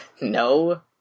No